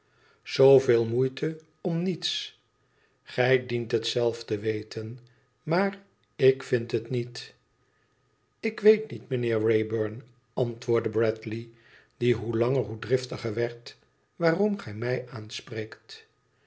zooveel moeite om niets gij dient het zelf te weten maar ik vind het niet tik weet niet mijnheer wraybum antwoordde bradley die hoe langer zoo driftiger werd i waarom gij mij aanspreekt